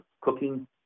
cooking